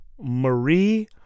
Marie